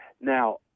Now